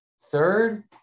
Third